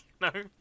no